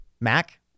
Mac